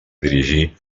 dirigir